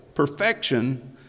perfection